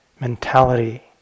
mentality